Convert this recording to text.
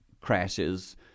crashes